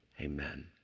Amen